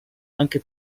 anche